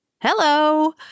Hello